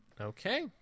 Okay